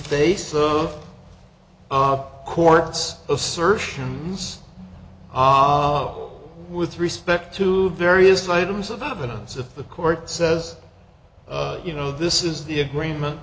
face of ob court's assertion was odd with respect to various items of evidence of the court says you know this is the agreement